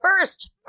first